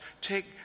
take